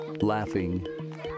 laughing